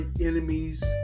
enemies